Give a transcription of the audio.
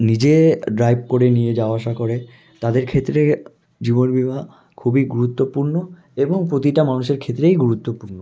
নিজে ড্রাইভ করে নিয়ে যাওয়া আসা করে তাদের ক্ষেত্রে জীবন বিমা খুবই গুরুত্বপূর্ণ এবং প্রতিটা মানুষের ক্ষেত্রেই গুরুত্বপূর্ণ